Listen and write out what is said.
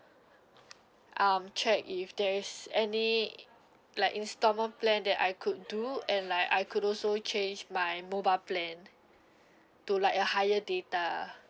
um check if there is any like instalment plan that I could do and like I could also change my mobile plan to like a higher data